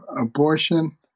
abortion